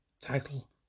title